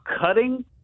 cutting